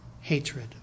hatred